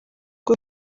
rwo